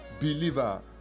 believer